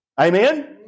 Amen